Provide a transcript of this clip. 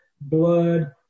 blood